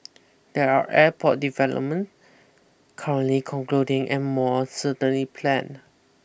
there are airport development currently concluding and more certainly planned